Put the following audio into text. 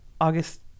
August